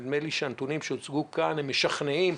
נדמה לי שהנתונים שהוצגו כאן משכנעים,